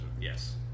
Yes